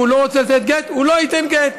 אם הוא לא רוצה לתת גט, הוא לא ייתן גט.